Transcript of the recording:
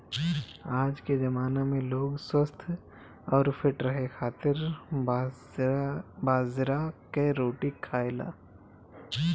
आजके जमाना में लोग स्वस्थ्य अउरी फिट रहे खातिर बाजरा कअ रोटी खाएला